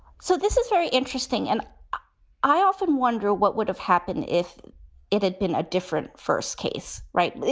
so this is very interesting. and i often wonder what would have happened if it had been a different first case. right.